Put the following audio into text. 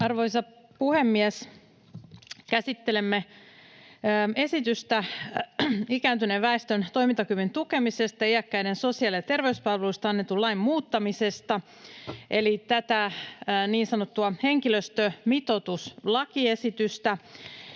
Arvoisa puhemies! Käsittelemme esitystä ikääntyneen väestön toimintakyvyn tukemisesta ja iäkkäiden sosiaali- ja terveyspalveluista annetun lain muuttamisesta eli tätä niin sanottua henkilöstömitoituslakiesitystä,